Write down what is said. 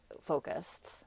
focused